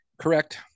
Correct